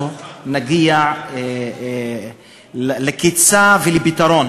אנחנו נגיע לקצה ולפתרון